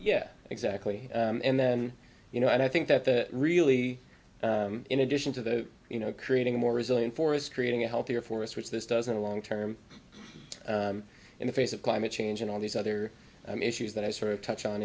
yeah exactly and then you know i think that that really in addition to that you know creating more resilient forests creating a healthier forest which this doesn't a long term in the face of climate change and all these other issues that i sort of touch on